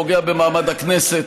פוגע במעמד הכנסת,